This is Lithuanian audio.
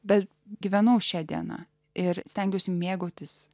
bet gyvenau šia diena ir stengiuosi mėgautis